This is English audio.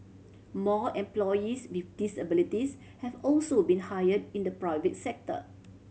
more employees with disabilities have also been hire in the private sector